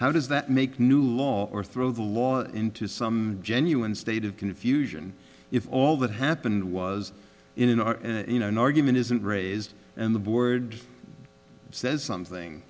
how does that make new law or through the law into some genuine state of confusion if all that happened was you know an argument isn't raised and the board says something